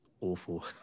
awful